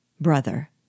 Brother